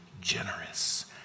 generous